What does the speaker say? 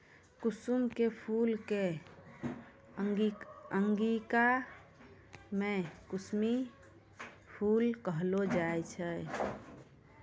कुसुम के फूल कॅ अंगिका मॅ कुसमी फूल कहलो जाय छै